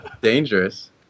Dangerous